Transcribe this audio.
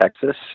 Texas